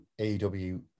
AEW